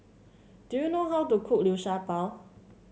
do you know how to cook Liu Sha Bao